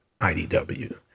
IDW